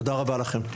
תודה רבה לכם.